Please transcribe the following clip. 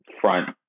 front